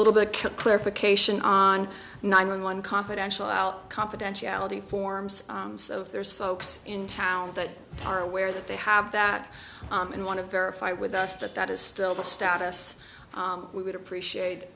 little bit clarification on nine one one confidential out confidentiality forms so if there's folks in town that are aware that they have that and want to verify with us that that is still the status we would appreciate